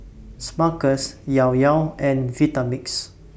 Smuckers Llao Llao and Vitamix